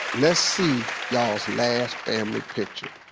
let's see y'all's last family picture.